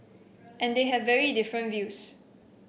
and they have very different views